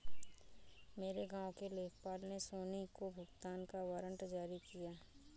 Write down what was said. मेरे गांव के लेखपाल ने सोनी को भुगतान का वारंट जारी किया